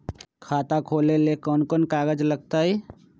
खाता खोले ले कौन कौन कागज लगतै?